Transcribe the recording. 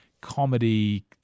comedy